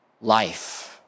life